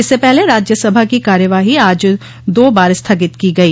इससे पहले राज्य सभा की कार्यवाही आज दो बार स्थगित की गई